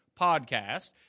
podcast